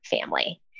family